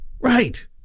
Right